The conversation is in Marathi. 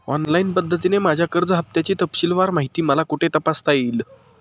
ऑनलाईन पद्धतीने माझ्या कर्ज हफ्त्याची तपशीलवार माहिती मला कुठे तपासता येईल?